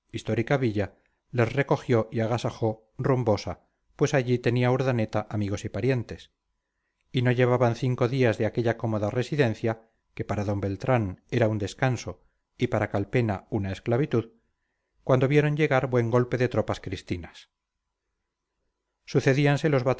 histórica villa les recogió y agasajó rumbosa pues allí tenía urdaneta amigos y parientes y no llevaban cinco días de aquella cómoda residencia que para d beltrán era un descanso y para calpena una esclavitud cuando vieron llegar buen golpe de tropas cristinas sucedíanse los